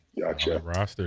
Gotcha